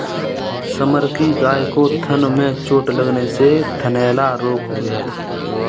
summer की गाय को थन में चोट लगने से थनैला रोग हो गया था